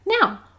Now